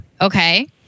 okay